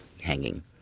hanging